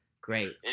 great